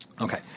Okay